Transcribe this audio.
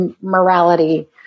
morality